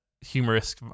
humorous